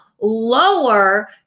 Lower